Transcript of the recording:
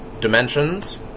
dimensions